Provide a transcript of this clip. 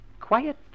Quiet